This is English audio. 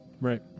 right